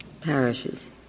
parishes